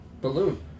balloon